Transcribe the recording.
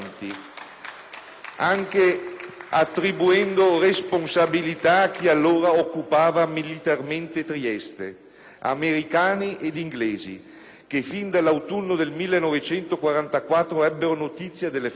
anche attribuendo responsabilità a chi allora occupava militarmente Trieste, americani ed inglesi, che fin dall'autunno 1944 ebbero notizia delle foibe ma preferirono non intervenire